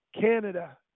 Canada